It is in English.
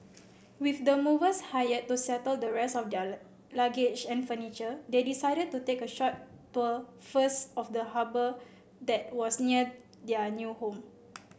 with the movers hired to settle the rest of their luggage and furniture they decided to take a short tour first of the harbour that was near their new home